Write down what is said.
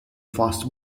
fast